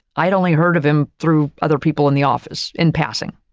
i'd only heard of him through other people in the office in passing.